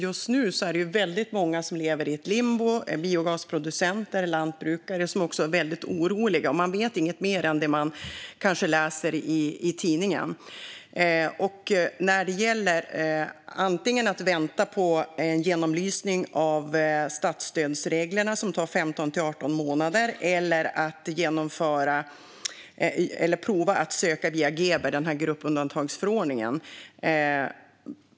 Just nu är det väldigt många som lever i limbo och är väldigt oroliga, till exempel biogasproducenter och lantbrukare, för man vet inget mer än det man kanske läser i tidningen. Ska man då vänta på en genomlysning av statsstödsreglerna, vilket tar 15 till 18 månader, eller prova att söka via GBER, gruppundantagsförordningen?